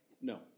No